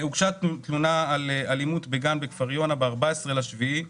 הוגשה תלונה על אלימות בגן בכפר יונה ב-14 ביולי,